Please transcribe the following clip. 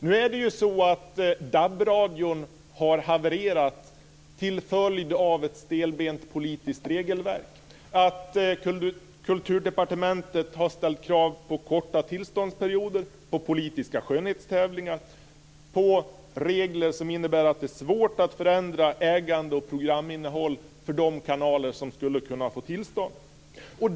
Nu är det ju så att DAB-radion har havererat till följd av ett stelbent politiskt regelverk. Kulturdepartementet har ställt krav på korta tillståndsperioder och politiska skönhetstävlingar och satt upp regler som innebär att det är svårt att förändra ägande och programinnehåll för de kanaler som skulle kunna få tillstånd.